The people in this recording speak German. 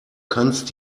kannst